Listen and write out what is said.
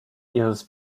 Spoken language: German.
ihres